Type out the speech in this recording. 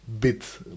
bit